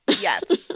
yes